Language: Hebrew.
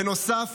בנוסף,